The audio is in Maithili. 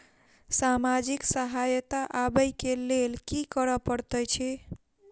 सामाजिक सहायता पाबै केँ लेल की करऽ पड़तै छी?